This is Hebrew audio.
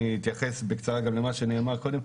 אני אתייחס בקצרה גם למה שנאמר קודם.